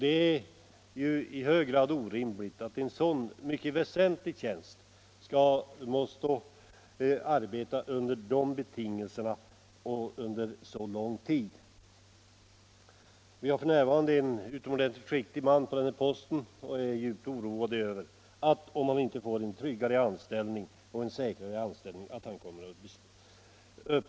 Det är orimligt att den som har en så väsentlig uppgift måste arbeta under sådana betingelser under så lång tid. Vi har f. n. en utomordentligt skicklig man på denna tjänst, och är djupt oroade för att han skall lämna den om han inte får en tryggare och säkrare anställning.